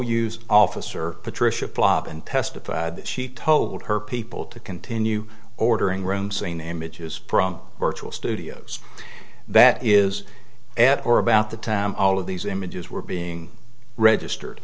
use officer patricia plop and testified she told her people to continue ordering room scene images from virtual studios that is at or about the time all of these images were being registered